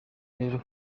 rero